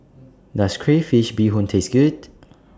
Does Crayfish Beehoon Taste Good